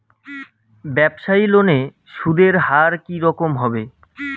ব্যবসায়ী লোনে সুদের হার কি রকম হবে?